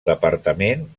departament